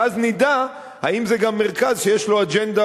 ואז נדע אם זה גם מרכז שיש לו אג'נדה